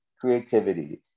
creativity